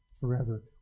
forever